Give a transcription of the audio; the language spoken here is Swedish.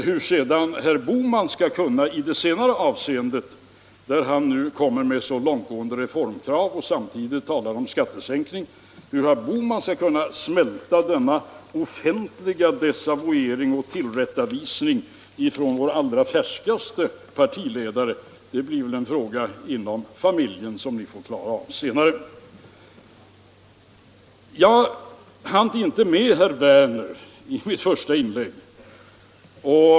Hur sedan herr Bohman, som kommer med så långtgående reformkrav och samtidigt talar om skattesänkning, skall kunna smälta denna offentliga desavouering och tillrättavisning från vår allra färskaste partiledare blir väl en fråga inom familjen, som ni får klara av senare. Jag hann inte med herr Werner i Tyresö i mitt första inlägg.